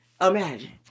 Imagine